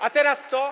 A teraz co?